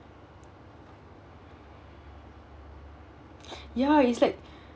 ya it's like